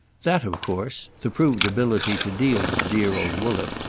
that of course the proved ability to deal with dear old woollett,